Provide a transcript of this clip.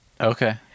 Okay